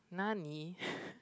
nani